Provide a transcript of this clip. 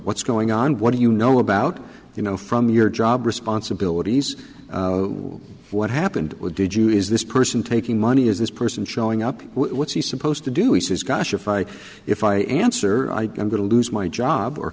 what's going on what do you know about you know from your job responsibilities what happened with did you is this person taking money is this person showing up what's he supposed to do he says gosh if i if i answer i am going to lose my job or